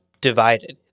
divided